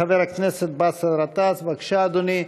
חבר הכנסת באסל גטאס, בבקשה, אדוני.